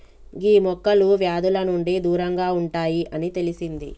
గీ మొక్కలు వ్యాధుల నుండి దూరంగా ఉంటాయి అని తెలిసింది